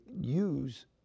use